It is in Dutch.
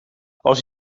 als